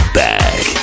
back